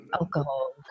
alcohol